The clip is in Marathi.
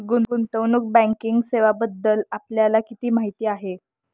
गुंतवणूक बँकिंग सेवांबद्दल आपल्याला किती माहिती आहे?